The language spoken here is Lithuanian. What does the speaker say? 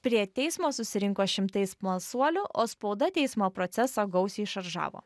prie teismo susirinko šimtai smalsuolių o spauda teismo procesą gausiai šaržavo